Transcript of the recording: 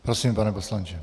Prosím, pane poslanče.